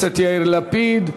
תודה לשר האוצר חבר הכנסת יאיר לפיד.